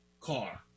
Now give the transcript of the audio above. car